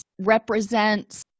represents